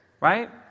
right